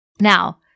Now